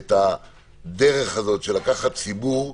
את הדרך הזו של לקחת ציבור,